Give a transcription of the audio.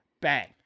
bang